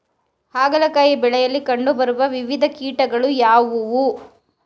ಹಾಗಲಕಾಯಿ ಬೆಳೆಯಲ್ಲಿ ಕಂಡು ಬರುವ ವಿವಿಧ ಕೀಟಗಳು ಯಾವುವು?